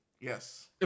Yes